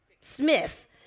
smith